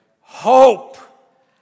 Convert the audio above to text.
Hope